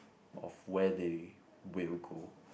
of where they will go